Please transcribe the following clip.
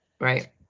right